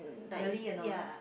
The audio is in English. really a not